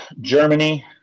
Germany